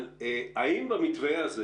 אבל האם במתווה הזה